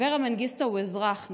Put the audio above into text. אברה מנגיסטו הוא אזרח,